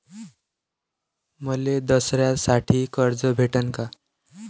मले दसऱ्यासाठी कर्ज भेटन का?